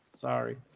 Sorry